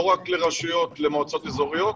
אין על זה שום מחלוקת למעט סחבת שלמעשה ללא סיוע.